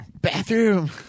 bathroom